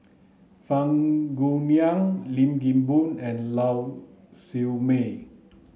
Fang Guixiang Lim Kim Boon and Lau Siew Mei